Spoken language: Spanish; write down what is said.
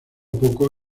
poco